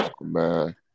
Man